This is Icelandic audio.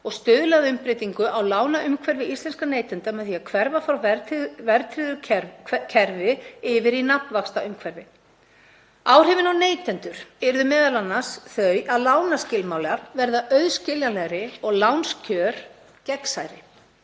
og stuðla að umbreytingu á lánaumhverfi íslenskra neytenda með því að hverfa frá verðtryggðu kerfi yfir í nafnvaxtaumhverfi. Áhrifin á neytendur yrðu m.a. þau að lánaskilmálar yrðu auðskiljanlegri og lánskjör gegnsærri.